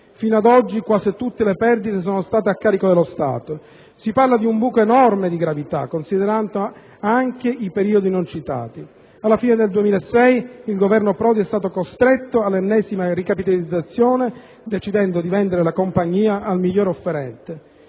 Fino ad oggi, quasi tutte le perdite sono state a carico dello Stato. Si parla di un buco di gravità enorme, considerando anche i periodi non citati. Alla fine del 2006, il Governo Prodi è stato costretto all'ennesima ricapitalizzazione, decidendo di vendere la compagnia al miglior offerente.